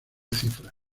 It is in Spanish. cifras